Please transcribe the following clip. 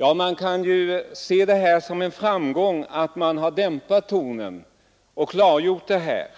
Vi kan se det som en framgång att man har dämpat tonen och klargjort detta.